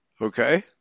Okay